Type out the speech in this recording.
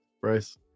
Bryce